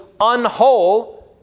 unwhole